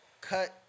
cut